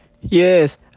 Yes